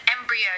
embryo